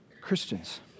Christians